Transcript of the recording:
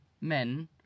men